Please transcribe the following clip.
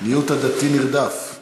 הדבר הכאוב הזה,